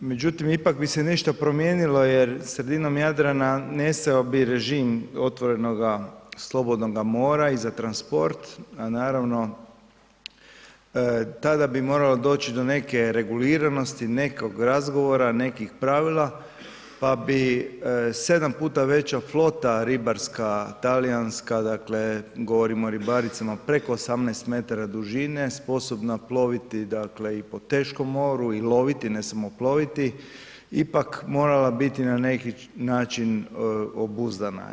Međutim, ipak bi se nešto promijenilo jer sredinom Jadrana nestao bi režim otvorenoga slobodnoga mora i za transport, a naravno tada bi moralo doći do neke reguliranosti, nekog razgovora, nekih pravila, pa bi 7 puta veća flota ribarska talijanska, dakle, govorimo o ribaricama preko 18 m dužine sposobna ploviti, dakle, i po teškom moru i loviti, ne samo ploviti ipak morala biti na neki način obuzdana.